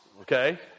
Okay